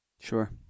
Sure